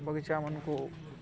ବଗିଚାମାନକୁ